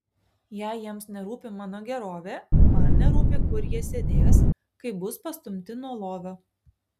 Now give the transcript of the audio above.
jei jiems nerūpi mano gerovė man nerūpi kur jie sėdės kai bus pastumti nuo lovio